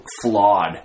flawed